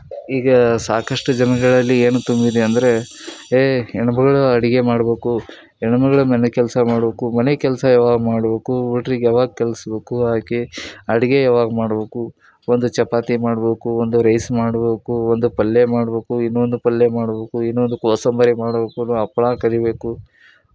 ಈಗ ಸಾಕಷ್ಟು ಜನಗಳಲ್ಲಿ ಏನು ತುಂಬಿದೆ ಅಂದರೆ ಏಯ್ ಹೆಣ್ ಮಗಳು ಅಡುಗೆ ಮಾಡ್ಬೇಕು ಹೆಣ್ ಮಗಳು ಮನೆ ಕೆಲಸ ಮಾಡ್ಬೇಕು ಮನೆ ಕೆಲಸ ಯಾವಾಗ ಮಾಡ್ಬೇಕೂ ಹುಡ್ರಿಗೆ ಯಾವಾಗ ಕಲ್ಸ್ಬೇಕು ಆಕೆ ಅಡುಗೆ ಯಾವಾಗ ಮಾಡ್ಬೇಕು ಒಂದು ಚಪಾತಿ ಮಾಡ್ಬೇಕು ಒಂದು ರೈಸ್ ಮಾಡ್ಬೇಕು ಒಂದು ಪಲ್ಯ ಮಾಡ್ಬೇಕು ಇನ್ನೊಂದು ಪಲ್ಯ ಮಾಡ್ಬೇಕು ಇನ್ನೊಂದು ಕೋಸಂಬರಿ ಮಾಡ್ಬೇಕು ಒಂದು ಹಪ್ಳ ಕರಿಯಬೇಕು